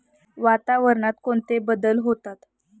वातावरणात कोणते बदल होतात?